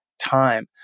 time